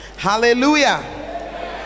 hallelujah